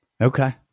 Okay